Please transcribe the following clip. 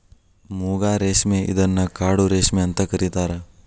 ಮೂಗಾ ರೇಶ್ಮೆ ಇದನ್ನ ಕಾಡು ರೇಶ್ಮೆ ಅಂತ ಕರಿತಾರಾ